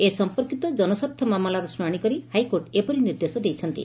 ଏ ସମ୍ମର୍କୀତ ଜନସ୍ୱାର୍ଥ ମାମଲାର ଶୁଣାଶି କରି ହାଇକୋର୍ଟ ଏପରି ନିର୍ଦ୍ଦେଶ ଦେଇଛନ୍ତି